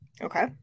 Okay